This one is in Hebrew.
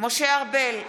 משה ארבל,